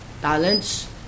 talents